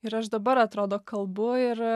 ir aš dabar atrodo kalbu ir